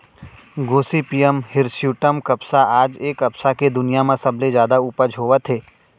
Gossypium hirsutum कपसा आज ए कपसा के दुनिया म सबले जादा उपज होवत हे